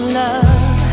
love